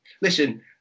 listen